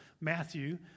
Matthew